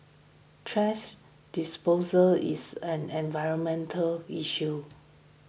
thrash disposal is an environmental issue